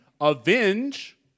avenge